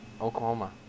Oklahoma